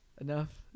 Enough